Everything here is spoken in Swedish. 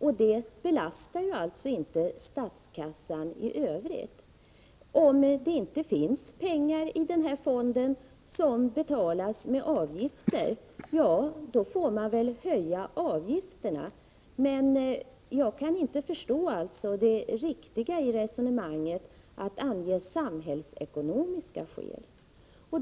och det belastar alltså inte statskassan i övrigt. Om det inte finns pengar i fonden, som betalas med avgifter, då får man väl höja avgifterna. Jag kan alltså inte förstå det riktiga i resonemanget, att man anger samhällsekonomiska skäl.